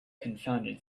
confounded